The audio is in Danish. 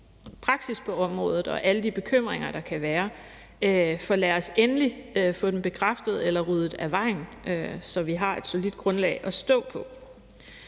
og alle de bekymringer, der kan være, for lad os endelig få dem bekræftet eller ryddet af vejen, så vi har et solidt grundlag at stå på.